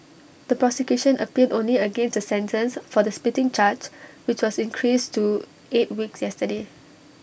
the prosecution appealed only against the sentence for the spitting charge which was increased to eight weeks yesterday